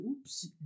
oops